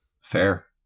Fair